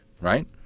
right